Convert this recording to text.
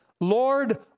Lord